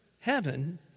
heaven